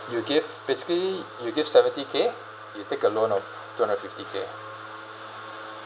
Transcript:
you give basically you give seventy K you take a loan of two hundred fifty K